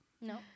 No